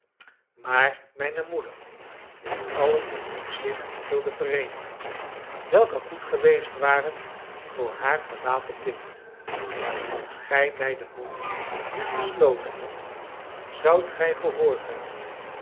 maar mijne moeder die allen om zich wilde vereenigen welke goed geweest waren voor haar verlaten kind als gij mij den mond niet gesloten hadt zoudt gij gehoord hebben